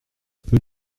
peu